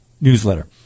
newsletter